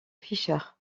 fisher